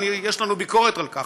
יש לנו ביקורת על כך,